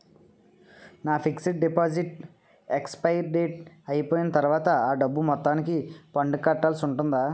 నా fixed deposit expiry date అయిపోయిన తర్వాత అ డబ్బు మొత్తానికి పన్ను కట్టాల్సి ఉంటుందా?